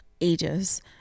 ages